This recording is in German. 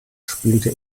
spielte